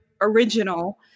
original